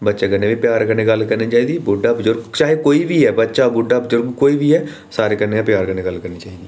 बच्चे कन्नै बी प्यार कन्नै गल्ल करनी चाहिदी बुड्ढा बुजुर्ग चाहे कोई बी ऐ बच्चा बुड्ढा कोई बी सारें कन्नै गै प्यार कन्नै गल्ल करनी चाहिदी